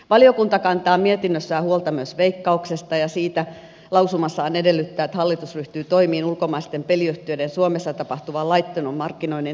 valiokunta kantaa mietinnössään huolta myös veikkauksesta ja lausumassaan edellyttää että hallitus ryhtyy toimiin ulkomaisten peliyhtiöiden suomessa tapahtuvan laittoman markkinoinnin estämiseksi